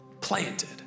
planted